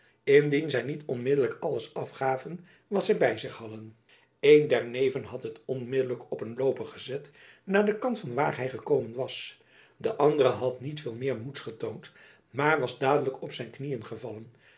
indien zy niet onmiddelijk alles afgaven wat zy by zich hadden een der neven had het onmiddelijk op een loopen gezet naar den kant van waar hy gekomen was de andere had niet veel meer moeds getoond maar was dadelijk op zijn knieën gevallen